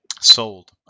Sold